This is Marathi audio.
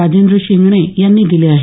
राजेंद्र शिंगणे यांनी दिले आहेत